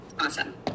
Awesome